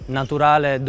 naturale